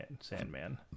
Sandman